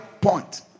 point